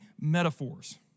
metaphors